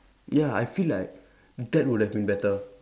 ya I feel like that would have been better